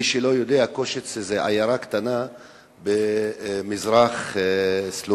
מי שלא יודע, קושיצה זה עיירה קטנה במזרח סלובקיה,